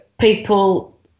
people